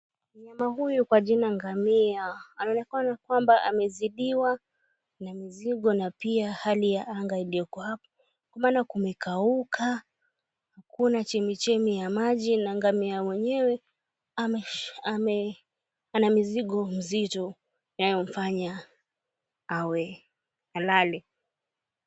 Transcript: Mnyama huyu kwa jina ngamia anaonekana amezidiwa na mizigo na pia hali ya anga iliyokuwa hapo kwa maana kumekauka hakuna chemi chemi ya maji na ngamia mwenyewe ana mizigo mizito inayomfanya alale.